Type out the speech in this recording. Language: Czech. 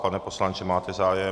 Pane poslanče, máte zájem?